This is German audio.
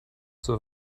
zur